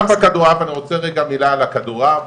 אני רוצה רגע מילה על הכדורעף,